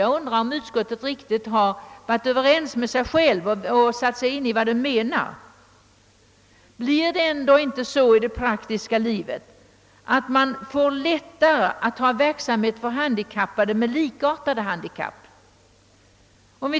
Jag undrar om utskottet satt sig in 1 saken och är riktigt på det klara med vad man avser. Är det ändå inte i det praktiska livet lättare att ordna verksamhet för handikappade med likartade handikapp?